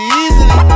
easily